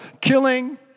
killing